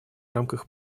рамках